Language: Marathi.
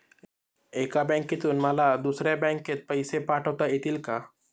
एका बँकेतून मला दुसऱ्या बँकेत पैसे पाठवता येतील का?